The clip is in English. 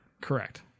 correct